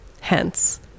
hence